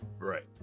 Right